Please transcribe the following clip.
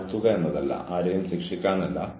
അതിനാൽ ഞാൻ ഇനി അതിലേക്ക് കടക്കില്ല